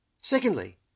Secondly